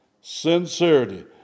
sincerity